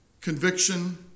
conviction